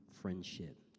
friendship